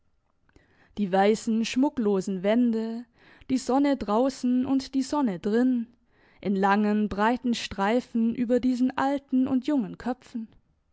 die weissen schmucklosen wände die sonne draussen und die sonne drinnen in langen breiten streifen über diesen alten und jungen köpfen